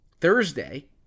Thursday